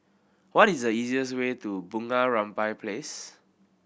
what is the easiest way to Bunga Rampai Place